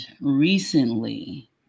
recently